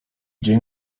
dzień